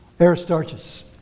Aristarchus